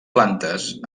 plantes